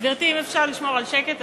גברתי, אם אפשר לשמור על שקט.